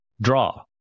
draw